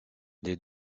les